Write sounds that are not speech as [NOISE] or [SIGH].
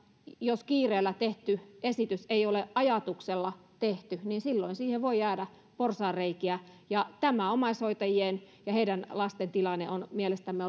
jos kiireellä tehty esitys ei ole ajatuksella tehty niin silloin siihen voi jäädä porsaanreikiä ja tämä omaishoitajien ja heidän lastensa tilanne on mielestämme [UNINTELLIGIBLE]